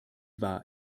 war